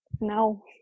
No